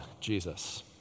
Jesus